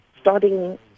starting